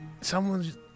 someone's